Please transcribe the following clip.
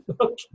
Okay